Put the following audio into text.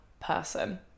person